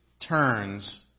turns